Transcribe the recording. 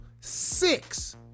six